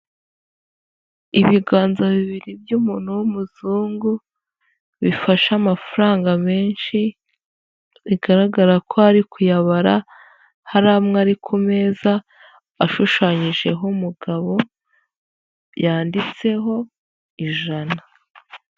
Ibiganza bibiri by'umuntu w'umuzungu, bifashe amafaranga menshi, bigaragara ko ari kuyabara, hari amwe ari ku meza ashushanyijeho umugabo, yanditseho ijana.